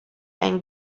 and